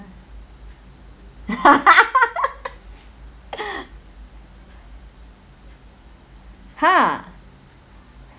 ha